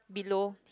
below